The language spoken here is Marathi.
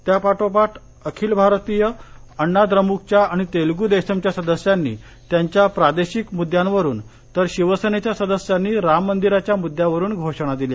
त्यापाठोपाठ अखिल भारतीय अण्णा द्रमुकच्या आणि तेलुगू देसमच्या सदस्यांनी त्यांच्या प्रादेशिक मुद्द्यांवरून तर शिवसेनेच्या सदस्यांनी राममंदिराच्या मुद्द्यावरून घोषणा दिल्या